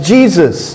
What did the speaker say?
Jesus